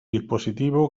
dispositivo